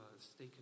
stay